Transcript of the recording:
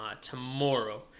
tomorrow